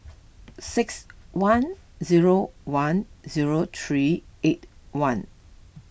six one zero one zero three eight one